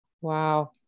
Wow